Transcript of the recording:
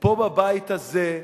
פה בבית הזה,